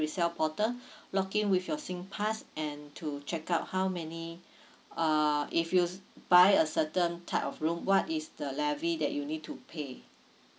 resale portal login with your singpass and to check out how many uh if you s~ buy a certain type of room what is the levy that you need to pay